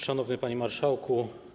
Szanowny Panie Marszałku!